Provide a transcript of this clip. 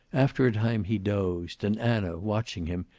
after a time he dozed, and anna, watching him,